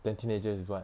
then teenagers is what